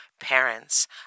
Parents